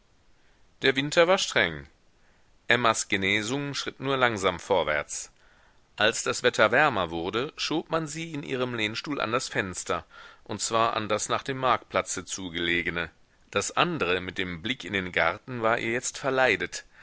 der winter war streng emmas genesung schritt nur langsam vorwärts als das wetter wärmer wurde schob man sie in ihrem lehnstuhl an das fenster und zwar an das nach dem marktplatze zu gelegene das andre mit dem blick in den garten war ihr jetzt verleidet